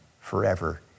forever